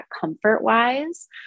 comfort-wise